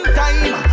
time